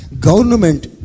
Government